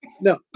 no